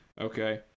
Okay